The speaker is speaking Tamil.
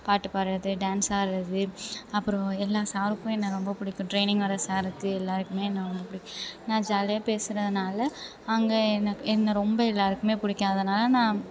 பாட்டு பாடுறது டான்ஸ் ஆடுறது அப்புறம் எல்லா சாருக்கும் என்னை ரொம்ப பிடிக்கும் ட்ரெய்னிங் வர சாருக்கு எல்லோருக்குமே என்னை ரொம்ப பிடிக்கும் நான் ஜாலியாக பேசுகிறதுனால அங்கே என்னை என்னை ரொம்ப எல்லோருக்குமே பிடிக்கும் அதனால் நான்